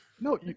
no